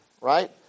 right